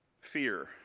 fear